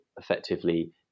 effectively